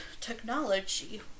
technology